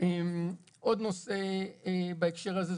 עוד נושא שחווינו בשנים האחרונות מאוד